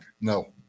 no